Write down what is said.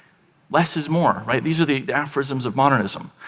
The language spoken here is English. less is more, right, these are the aphorisms of modernism.